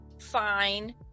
fine